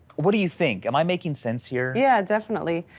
what do you think? am i making sense here? yeah, definitely.